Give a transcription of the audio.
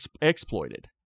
exploited